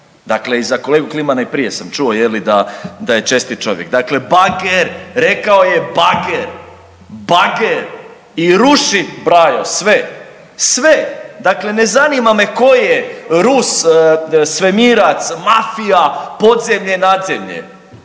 Dakle i za kolegu Klimana i prije sam čuo je li da je čestit čovjek. Dakle, bager rekao je bager, bager i ruši brajo sve, sve, ne zanima me tko je rus, svemirac, mafija, podzemlje, nadzemlje,